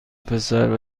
پسر